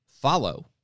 follow